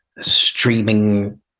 streaming